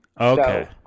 Okay